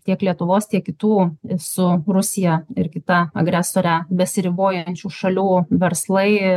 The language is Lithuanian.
tiek lietuvos tiek kitų su rusija ir kita agresore besiribojančių šalių verslai